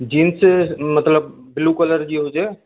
jeans मतलबु blue colour जी हुजे